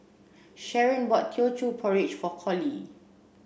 Sharen bought Teochew Porridge for Collie